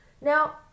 Now